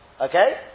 okay